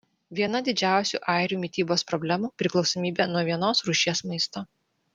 viena didžiausių airių mitybos problemų priklausomybė nuo vienos rūšies maisto